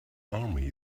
army